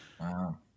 Wow